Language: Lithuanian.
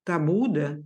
tą būdą